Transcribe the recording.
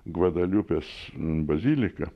gvadelupės bazilika